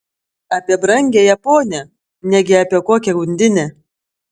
apie brangiąją ponią negi apie kokią undinę